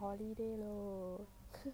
holiday lo